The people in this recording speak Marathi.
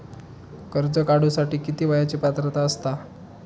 कर्ज काढूसाठी किती वयाची पात्रता असता?